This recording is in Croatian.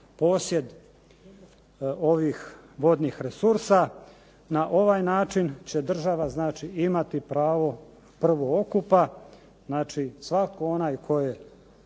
posjed ovih vodnih resursa. Na ovaj način će država znači imati pravo prvootkupa, znači svatko onaj tko je